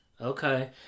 Okay